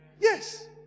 Yes